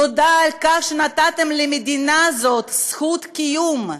תודה על כך שנתתם למדינה הזאת זכות קיום.